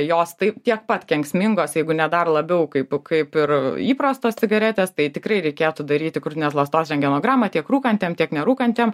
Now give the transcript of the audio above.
jos taip tiek pat kenksmingos jeigu ne dar labiau kaip kaip ir įprastos cigaretės tai tikrai reikėtų daryti krūtinės ląstos rentgenogramą tiek rūkantiem tiek nerūkantiem